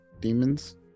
Demons